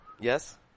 Yes